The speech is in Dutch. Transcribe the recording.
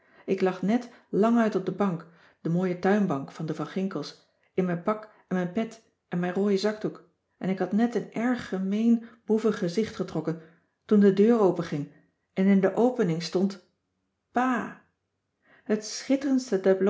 ik lag net languit op de bank de mooie tuinbank van de van ginkels in mijn pak en mijn pet en mijn rooien zakdoek en ik had net een erg gemeen boevig gezicht getrokken toen de deur openging en in de opening stond pa het schitterendste